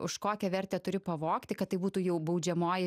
už kokią vertę turi pavogti kad tai būtų jau baudžiamoji